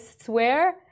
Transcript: swear